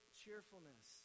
cheerfulness